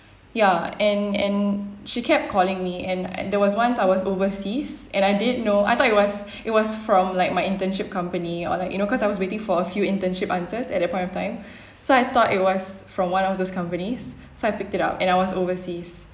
ya and and she kept calling me and and there was once I was overseas and I didn't know I thought it was it was from like my internship company or like you know cause I was waiting for a few internship answers at that point of time so I thought it was from one of those companies so I picked it up and I was overseas